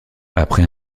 après